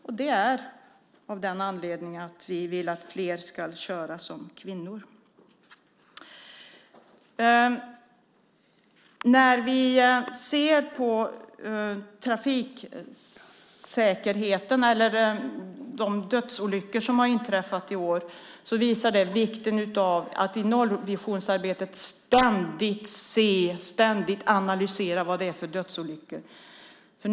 Det gör vi av den anledningen att vi vill att fler ska köra som kvinnor. De dödsolyckor som har inträffat i år visar vikten av att man i nollvisionsarbetet ständigt analyserar vad det är för dödsolyckor.